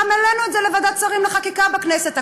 גם העלינו את זה לוועדת שרים לחקיקה בכנסת הקודמת.